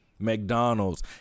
McDonald's